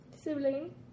sibling